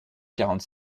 quarante